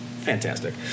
fantastic